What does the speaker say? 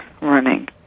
running